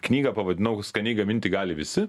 knygą pavadinau skaniai gaminti gali visi